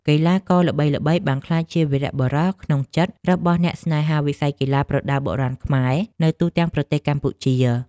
កីឡាករល្បីៗបានក្លាយជាវីរបុរសក្នុងចិត្តរបស់អ្នកស្នេហាវិស័យកីឡាប្រដាល់បុរាណខ្មែរនៅទូទាំងប្រទេសកម្ពុជា។